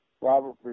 Robert